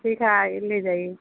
ठीक है आइए ले जाइए